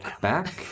back